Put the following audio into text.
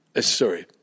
sorry